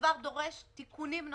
הדבר דורש תיקונים נוספים,